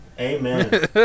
Amen